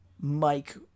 Mike